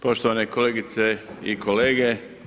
Poštovane kolegice i kolege.